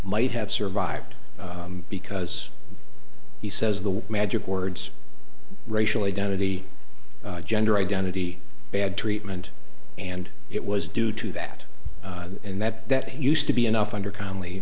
might have survived because he says the magic words racial identity gender identity bad treatment and it was due to that and that that used to be enough under